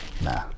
nah